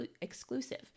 exclusive